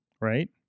right